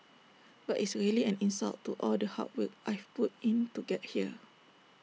but it's really an insult to all the hard work I've put in to get here